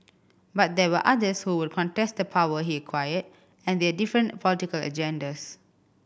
but there were others who would contest the power he acquired and they had different political agendas